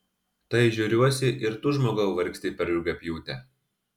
tai žiūriuosi ir tu žmogau vargsti per rugiapjūtę